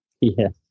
Yes